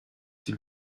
s’il